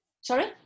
Sorry